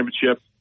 championship